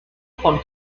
von